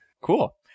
Cool